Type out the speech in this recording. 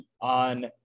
on